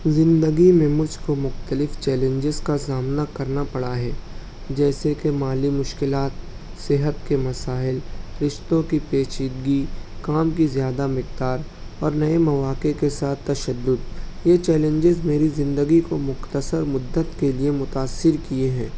زندگی میں مجھ کو مختلف چیلنجز کا سامنا کرنا پڑا ہے جیسے کہ مالی مشکلات صحت کے مسائل رشتوں کی پیچیدگی کام کی زیادہ مقدار اور نئے مواقع کے ساتھ تشدد یہ چیلنجز میری زندگی کو مختصر مدت کے لیے متاثر کیے ہیں